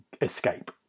escape